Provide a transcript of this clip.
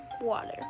Water